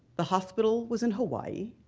the hospital was in hawaii,